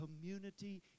community